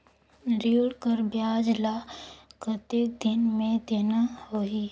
ऋण कर ब्याज ला कतेक दिन मे देना होही?